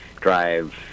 drive